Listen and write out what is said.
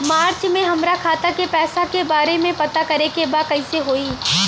मार्च में हमरा खाता के पैसा के बारे में पता करे के बा कइसे होई?